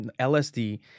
LSD